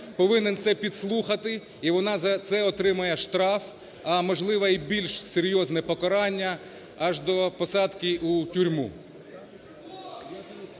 повинен це підслухати, і вона за це отримає штраф, а, можливо, і більш серйозне покарання, аж до посадки у тюрму.